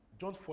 John